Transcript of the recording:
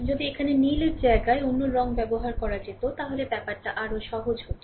যদি এখানে নীলের জায়গায় অন্য রঙ ব্যবহার করা যেত তাহলে ব্যাপারটা আরো সহজ হতো